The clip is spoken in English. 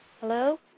Hello